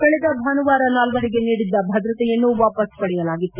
ಕಳೆದ ಭಾನುವಾರ ನಾಲ್ಕರಿಗೆ ನೀಡಿದ್ದ ಭದ್ರತೆಯನ್ನು ವಾಪಸ್ ಪಡೆಯಲಾಗಿತ್ತು